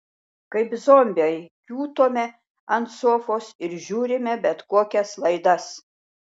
kaip zombiai kiūtome ant sofos ir žiūrime bet kokias laidas